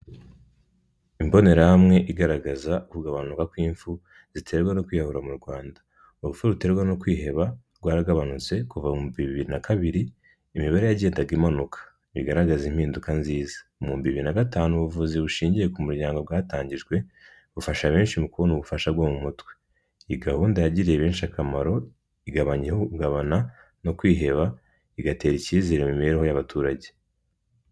Imbonerahamwe igaragaza kugabanuka kw'imfu ziterwa no kwiyahura mu Rwanda. Urupfu ruterwa no kwiheba rwaragabanutse kuva mu bihumbi bibiri na kabiri, imibare yagendaga imanuka bigaragaza impinduka nziza. Mu bihumbi bibiri na gatanu ubuvuzi bushingiye ku muryango bwatangijwe bufasha benshi kubona ubufasha bwo mu mutwe. Iyi gahunda yagiriye benshi akamaro, igabanya ihungabana no kwiheba, igatera ikizere mu mibereho y'abaturage.